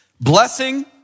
Blessing